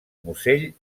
musell